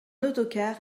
autocar